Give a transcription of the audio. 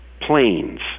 planes